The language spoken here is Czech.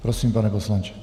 Prosím, pane poslanče.